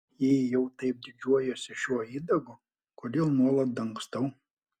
jei jau taip didžiuojuosi šiuo įdagu kodėl nuolat dangstau